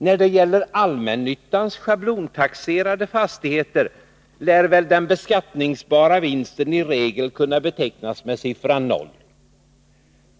När det gäller allmännyttans schablontaxerade fastigheter lär väl den beskattningsbara vinsten i regel kunna betecknas med siffran 0.